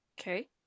Okay